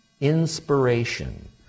inspiration